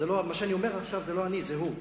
מה שאני אומר עכשיו זה לא אני, זה הוא.